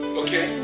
okay